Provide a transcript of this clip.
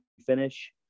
finish